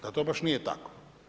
Da to baš nije tako.